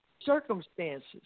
circumstances